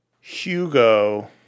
Hugo